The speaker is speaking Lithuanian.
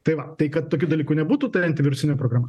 tai va tai kad tokių dalykų nebūtų tai antivirusinė programa